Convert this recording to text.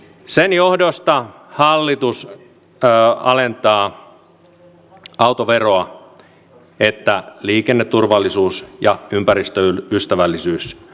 sen johdosta hallitus alentaa autoveroa niin että liikenneturvallisuus ja ympäristöystävällisyys paranevat